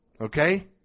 Okay